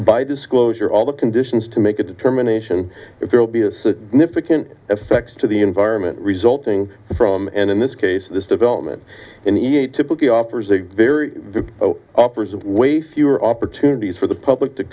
by disclosure all the conditions to make a determination if there will be a significant effect to the environment resulting from and in this case this development in the a typically offers a very uppers of way fewer opportunities for the public to